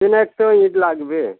তিন একশো লাগবে